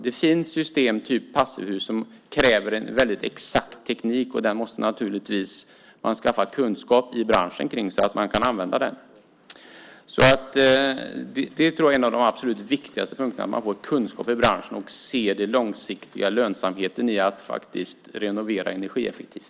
Det finns system av typen passivhus som kräver en väldigt exakt teknik, och den tekniken måste branschen naturligtvis skaffa kunskap om så att man kan använda den. Jag tror alltså att detta är en av de absolut viktigaste punkterna: att få kunskap i branschen och se den långsiktiga lönsamheten i att faktiskt renovera energieffektivt.